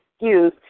excuse